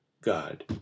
God